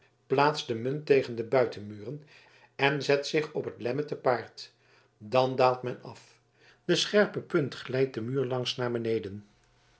plaatst de punt tegen den buitenmuur en zet zich op het lemmer te paard dan daalt men af de scherpe punt glijdt den muur langs naar beneden